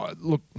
look